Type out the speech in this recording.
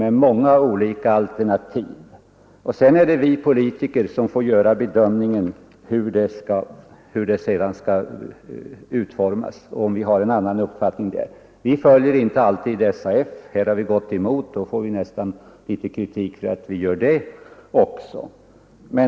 Sedan är det vi politiker som får bedöma hur systemet skall utformas och ange om vi har en annan uppfattning därvidlag. Vi för vår del följer inte alltid SAF. Här har vi gått emot SAF — då får vi nästan litet kritik för det också.